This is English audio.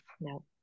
No